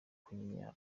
kunganya